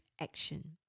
action